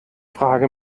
frage